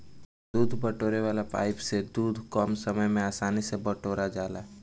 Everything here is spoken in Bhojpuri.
दूध बटोरे वाला पाइप से दूध कम समय में आसानी से बटोरा जाला